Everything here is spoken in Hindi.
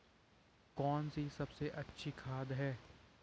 कौन सी सबसे अच्छी खाद है?